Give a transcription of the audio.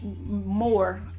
more